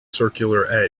circular